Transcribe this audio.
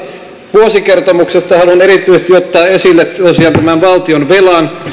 vuosikertomuksesta haluan erityisesti ottaa esille tosiaan tämän valtionvelan